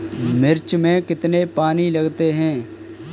मिर्च में कितने पानी लगते हैं?